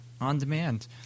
on-demand